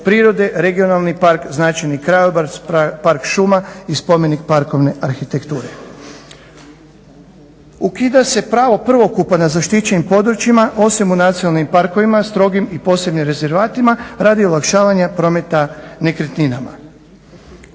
prirode, regionalni park, značajni krajobraz, park šuma i spomenik parkovne arhitekture. Ukida se pravo prvokupa na zaštićenim područjima osim u nacionalnim parkovima, strogim i posebnim rezervatima radi olakšavanja prometa nekretninama.